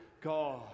God